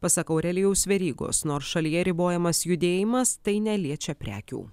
pasak aurelijaus verygos nors šalyje ribojamas judėjimas tai neliečia prekių